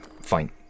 fine